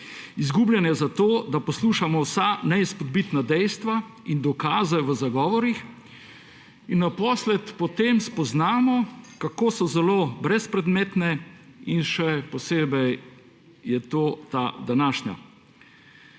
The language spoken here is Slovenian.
Izgubljanje zato, ker poslušamo vsa neizpodbitna dejstva in dokaze v zagovorih in naposled spoznamo, kako zelo so brezpredmetne. Še posebej je to ta današnja.